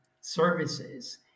services